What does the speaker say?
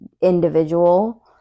individual